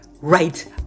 right